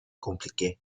compliqué